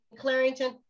Clarington